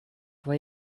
why